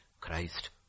Christ